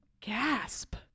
Gasp